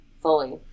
Fully